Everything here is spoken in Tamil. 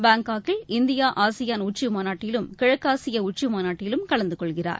பாங்காக்கில் இந்திய ஆசியான் உச்சிமாநாட்டிலும் கிழக்காசியா உச்சிமாநாட்டிலும் கலந்துகொள்கிறார்